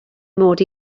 mod